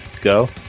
go